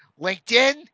LinkedIn